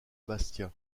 bastia